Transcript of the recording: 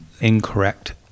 incorrect